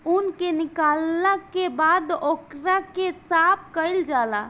ऊन के निकालला के बाद ओकरा के साफ कईल जाला